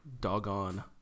doggone